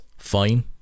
fine